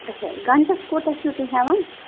اچھا گَنٛٹَس کوتاہ چھُو تُہۍ ہٮ۪وان